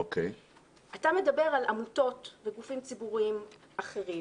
אתה מדבר על עמותות וגופים ציבוריים אחרים